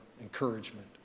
encouragement